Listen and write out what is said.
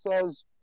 says